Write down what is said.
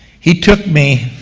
he took me